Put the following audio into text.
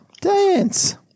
dance